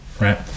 right